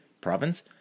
province